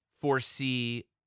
foresee